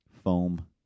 foam